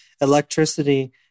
electricity